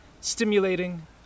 stimulating